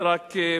רק,